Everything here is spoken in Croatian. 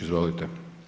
Izvolite.